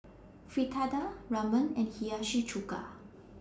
Fritada Ramen and Hiyashi Chuka